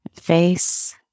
face